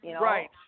Right